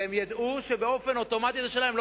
שהם ידעו שבאופן אוטומטי זה שלהם.